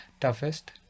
toughest